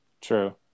True